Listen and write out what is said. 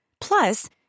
Plus